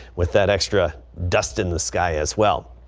with that extra dust in the sky as well.